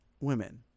women